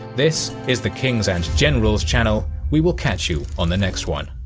this is the kings and generals channel we will catch you on the next one.